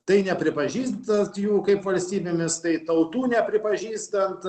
tai nepripažįstant jų kaip valstybėmis tai tautų nepripažįstant